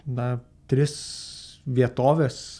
na tris vietoves